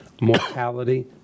mortality